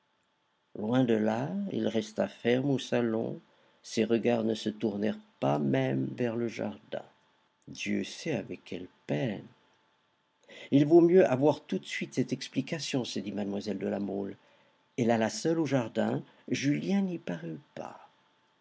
loin de là il resta ferme au salon ses regards ne se tournèrent pas même vers le jardin dieu sait avec quelle peine il vaut mieux avoir tout de suite cette explication se dit mlle de la mole elle alla seule au jardin julien n'y parut pas